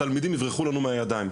התלמידים יברחו לנו מהידיים.